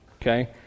okay